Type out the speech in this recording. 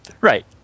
Right